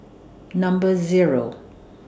Number Zero